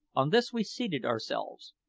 on this we seated ourselves,